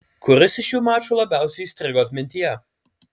kuris iš šių mačų labiausiai įstrigo atmintyje